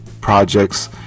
projects